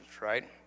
right